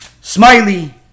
smiley